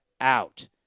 out